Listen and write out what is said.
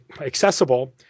accessible